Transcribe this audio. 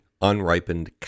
unripened